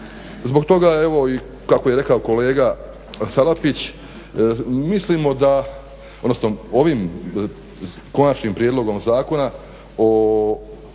Zbog toga evo i kako je rekao i kolega Salapić, mislimo da, odnosno ovim konačnim prijedlogom Zakona o